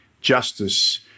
justice